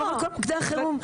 לעבור על מוקדי החירום.